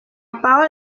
parole